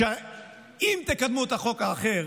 שאם תקדמו את החוק האחר,